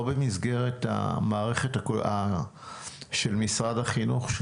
לא במסגרת המערכת של משרד החינוך.